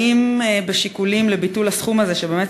3. האם בשיקולים לביטול הסכום הזה,